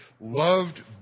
loved